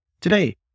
Today